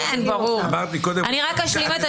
אני רק אשלים את הטיעון שלי.